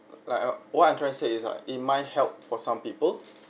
like I what I'm trying to say is like it might help for some people